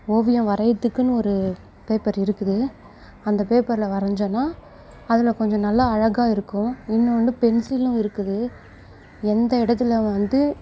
ஓவியம் வரையறதுக்குன்னு ஒரு பேப்பர் இருக்குது அந்த பேப்பரில் வரைஞ்சோனா அதில் கொஞ்சம் நல்லா அழகாக இருக்கும் இன்னும் வந்து பென்சிலும் இருக்குது எந்த இடத்துல வந்து